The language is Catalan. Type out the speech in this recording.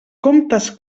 comptes